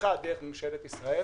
אחת, דרך ממשלת ישראל.